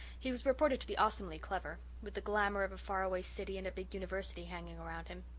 he was reported to be awesomely clever, with the glamour of a far-away city and a big university hanging around him.